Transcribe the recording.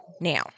Now